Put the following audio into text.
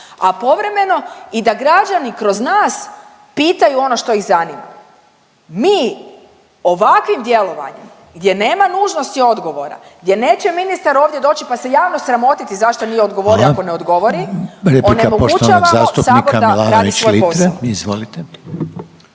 a povremeno i da građani kroz nas pitaju ono što ih zanima. Mi ovakvim djelovanjem gdje nama nužnosti odgovora, gdje neće ministar ovdje doći pa se javno sramotiti zašto nije odgovorio ako ne dogovori. …/Upadica Reiner: Hvala.